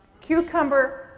cucumber